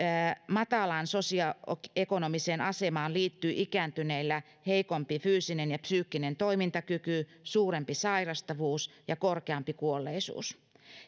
matalaan sosioekonomiseen asemaan liittyy ikääntyneillä heikompi fyysinen ja psyykkinen toimintakyky suurempi sairastavuus ja korkeampi kuolleisuus